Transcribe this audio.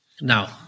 Now